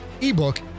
ebook